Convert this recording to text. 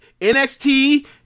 NXT